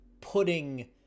putting